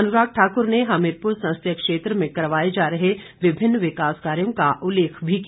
अनुराग ठाकुर ने हमीरपुर संसदीय क्षेत्र में करवाए जा रहे विभिन्न विकास कार्यों का उल्लेख किया